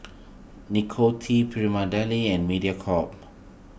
Nicorette Prima Deli and Mediacorp